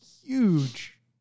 huge